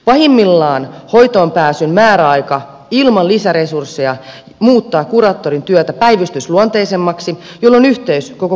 pahimmillaan hoitoon pääsyn määräaika ilman lisäresursseja muuttaa kuraattorin työtä päivystysluonteisemmaksi jolloin yhteys koko kouluyhteisöön katkeaa